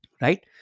right